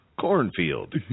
Cornfield